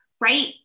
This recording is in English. right